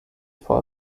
for